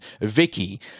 vicky